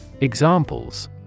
Examples